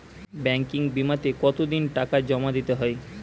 Banking বিমাতে কত দিন টাকা জমা দিতে হয়?